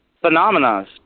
phenomena